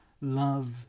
Love